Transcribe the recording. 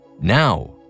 Now